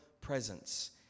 presence